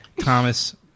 Thomas